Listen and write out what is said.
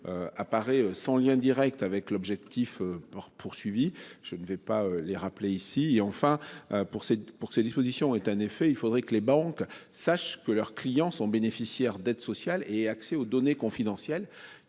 à sans lien Direct avec l'objectif. Poursuivi, je ne vais pas les rappeler ici, et enfin pour ses pour ces dispositions est un effet il faudrait que les banques sachent que leurs clients sont bénéficiaires d'aides sociales et accès aux données confidentielles